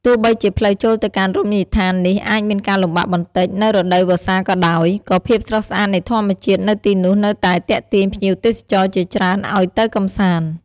ទោះបីជាផ្លូវចូលទៅកាន់រមណីយដ្ឋាននេះអាចមានការលំបាកបន្តិចនៅរដូវវស្សាក៏ដោយ ក៏ភាពស្រស់ស្អាតនៃធម្មជាតិនៅទីនោះនៅតែទាក់ទាញភ្ញៀវទេសចរជាច្រើនឱ្យទៅកម្សាន្ត។